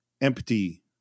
empty